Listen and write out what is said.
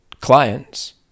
clients